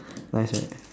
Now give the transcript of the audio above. nice right